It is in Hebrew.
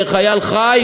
חייל חי,